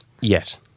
Yes